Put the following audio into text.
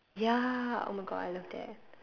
ya oh my god I love that